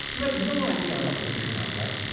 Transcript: you had no idea how that was going to turn out, right?